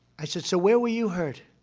i said, so where were you hurt?